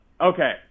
okay